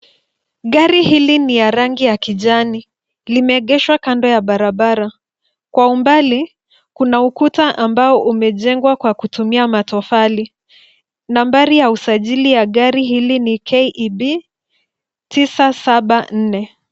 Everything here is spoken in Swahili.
Gari hili ni ya rangi ya kijani. Limeegeshwa kando ya barabara. Kwa umbali kuna ukuta ambao umejengwa kwa kutumia matofali. Nambari ya usajili ya gari hili ni KEB 974.